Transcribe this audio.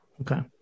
Okay